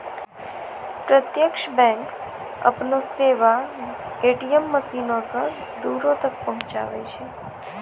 प्रत्यक्ष बैंक अपनो सेबा ए.टी.एम मशीनो से दूरो तक पहुचाबै छै